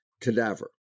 cadaver